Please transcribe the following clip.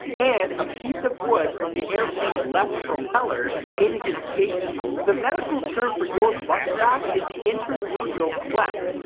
and a piece of wood from the airplane's left propeller in his space suit. the medical term for your butt crack is the intergluteal cleft,